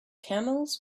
camels